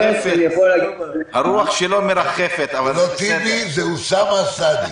סליחה, זה לא טיבי, זה אוסאמה סעדי.